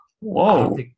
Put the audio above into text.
Whoa